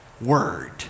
word